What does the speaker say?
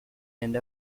end